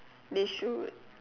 they should